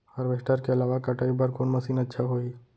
Harvester के अलावा कटाई बर कोन मशीन अच्छा होही?